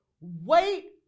wait